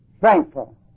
thankful